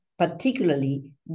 particularly